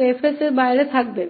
के बाहर जाएगा